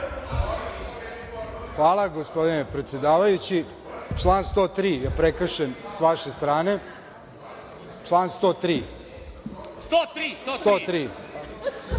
Hvala, gospodine predsedavajući. Član 103. je prekršen sa vaše strane. Član 103, zbog